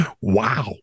wow